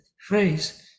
phrase